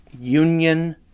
union